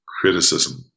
criticism